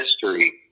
history